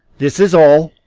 this is all.